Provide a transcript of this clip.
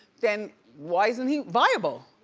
then why isn't he viable?